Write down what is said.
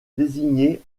désignés